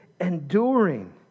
enduring